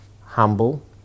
humble